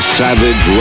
savage